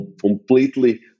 completely